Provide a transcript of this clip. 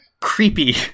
Creepy